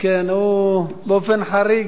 הוא באופן חריג.